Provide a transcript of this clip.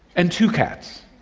and two cats.